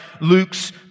Luke's